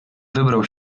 wybrał